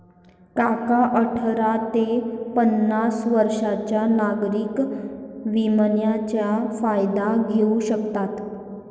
काका अठरा ते पन्नास वर्षांच्या नागरिक विम्याचा फायदा घेऊ शकतात